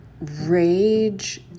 rage